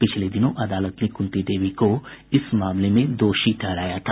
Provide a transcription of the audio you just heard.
पिछले दिनों अदालत ने कूंती देवी को इस मामले में दोषी ठहराया था